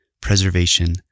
preservation